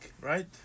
right